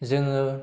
जोङो